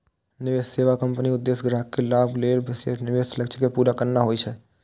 निवेश सेवा कंपनीक उद्देश्य ग्राहक के लाभ लेल विशेष निवेश लक्ष्य कें पूरा करना होइ छै